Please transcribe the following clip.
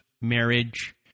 marriage